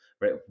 Right